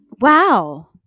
Wow